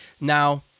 now